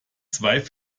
zwei